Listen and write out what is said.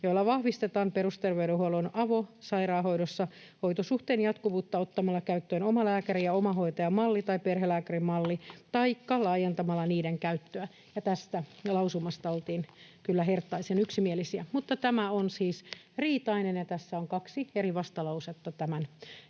joilla vahvistetaan perusterveydenhuollon avosairaanhoidossa hoitosuhteen jatkuvuutta ottamalla käyttöön omalääkäri- ja omahoitajamalli tai perhelääkärimalli taikka laajentamalla niiden käyttöä”. Tästä lausumasta oltiin kyllä herttaisen yksimielisiä. Mutta tämä on siis riitainen, ja tämän esityksen liitteenä on